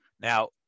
Now